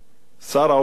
שר האוצר,